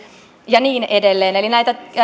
ja niin edelleen eli näitä